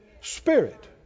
spirit